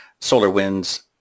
SolarWinds